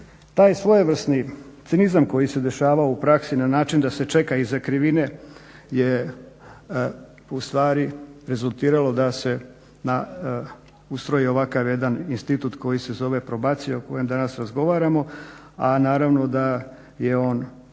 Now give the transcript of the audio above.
Taj svojevrsni cinizam koji se dešavao u praksi na način da se čeka iza krivine je ustvari rezultiralo da se ustroji jedan ovakav institut koji se zove probacija o kojem danas razgovaramo, a naravno da je on